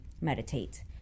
meditate